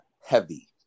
heavy